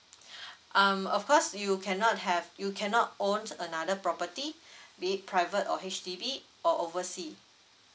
um of course you cannot have you cannot owns another property be it private or H_D_B or oversea